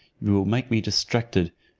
you will make me distracted!